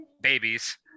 babies